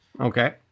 Okay